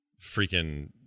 freaking